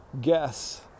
guess